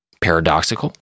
Paradoxical